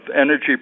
energy